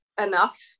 enough